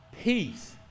Peace